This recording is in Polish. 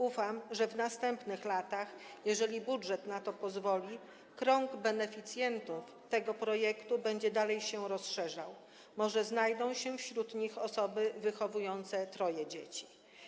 Ufam, że w następnych latach, jeżeli budżet na to pozwoli, krąg beneficjentów tego projektu będzie dalej się rozszerzał - może znajdą się wśród nich osoby wychowujące troje dzieci.